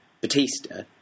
Batista